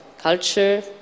culture